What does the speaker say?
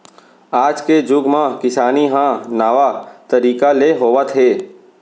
आज के जुग म किसानी ह नावा तरीका ले होवत हे